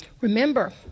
Remember